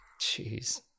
Jeez